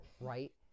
right